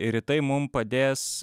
ir į tai mum padės